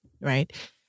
Right